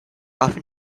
often